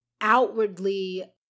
outwardly